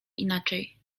inaczej